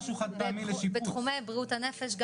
בתחומי בריאות הנפש,